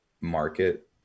market